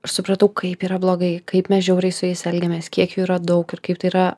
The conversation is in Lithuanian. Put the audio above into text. aš supratau kaip yra blogai kaip mes žiauriai su jais elgiamės kiek jų yra daug ir kaip tai yra